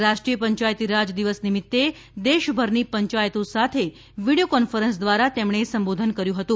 આજે રાષ્ટ્રીય પંચાયતીરાજ દિવસ નિમિત્તે દેશભરની પંચાયતો સાથે વીડીયો કોન્ફરન્સ દ્વારા તેમણે સંબોધન કર્યું હતું